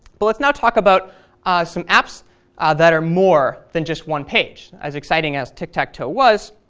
but let's now talk about some apps that are more than just one page. as exciting as tic tac toe was,